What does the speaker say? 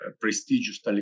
prestigious